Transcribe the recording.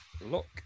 look